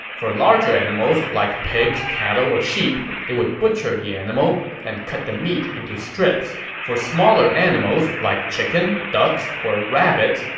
for larger animals like pigs, cattle, or sheep, they would butcher the animal and cut the meat into strips. for smaller animals, like chicken, ducks, or rabbits,